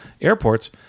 airports